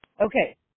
Okay